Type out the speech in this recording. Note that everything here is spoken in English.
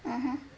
mmhmm